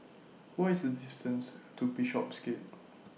What IS The distance to Bishopsgate